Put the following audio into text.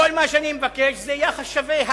כל מה שאני מבקש הוא יחס שווה,